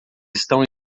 estão